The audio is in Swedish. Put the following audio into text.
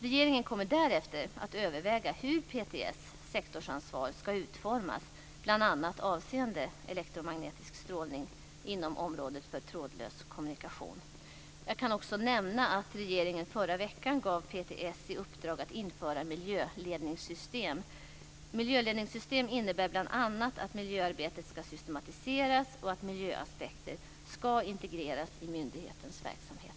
Regeringen kommer därefter att överväga hur PTS sektorsansvar ska utformas bl.a. avseende elektromagnetisk strålning inom området för trådlös kommunikation. Jag kan också nämna att regeringen förra veckan gav PTS i uppdrag att införa miljöledningssystem. Miljöledningssystem innebär bl.a. att miljöarbetet ska systematiseras och att miljöaspekter ska integreras i myndighetens verksamhet.